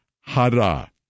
Hara